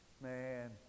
Man